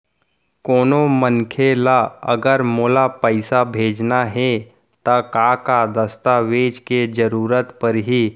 कोनो मनखे ला अगर मोला पइसा भेजना हे ता का का दस्तावेज के जरूरत परही??